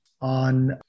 on